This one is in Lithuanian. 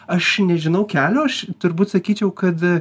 aš nežinau kelio aš turbūt sakyčiau kad